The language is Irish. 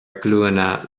glúine